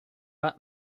back